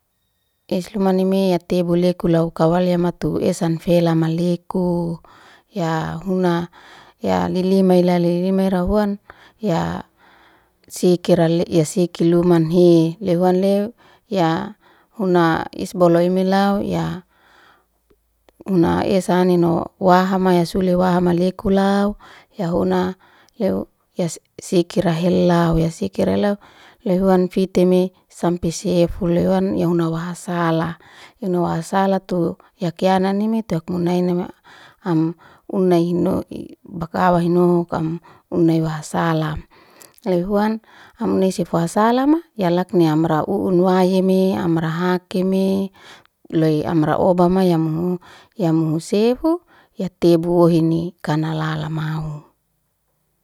Eslomanime atebu leko lou kwalya matu esa fela maleuko, ya huna ya lelima ya roihuan, ya sikira luman hil. Hehuan leu ya huna isnoboleu ya huna esa anino waham mawa suli esa anino. Wahama mayasuli waham leku lau ya huna leu ya sikira helau. Ya sikira helau ya sikira helau. Lehuan fiteme sampe sefule huan ya huna wahasala. Yahonawasala tu yak yana na nimete munanaina, am unai ino bakawa hino wasalam. Luhuan ham nisi wasalama yakani amraun wai hime amra hakeme, loy amra obama yamuhusefu yatebu uhin ni kanalalamau.